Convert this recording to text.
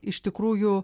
iš tikrųjų